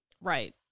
Right